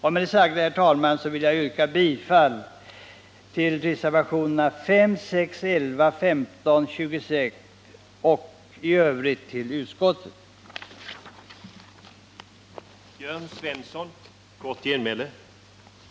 Med det sagda, herr talman, yrkar jag bifall till reservationerna 5,6, 10, 15 och 26 samt i övrigt bifall till utskottets hemställan.